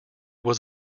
was